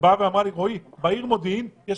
היא אמרה לי שבעיר מודיעין המונה